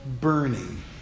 burning